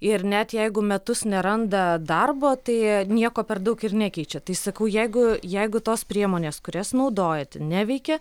ir net jeigu metus neranda darbo tai nieko per daug ir nekeičia tai sakau jeigu jeigu tos priemonės kurias naudojate neveikia